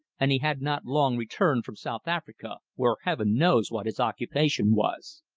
and he had not long returned from south africa, where heaven knows what his occupation was.